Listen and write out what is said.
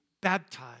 baptized